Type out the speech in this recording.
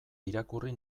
irakurri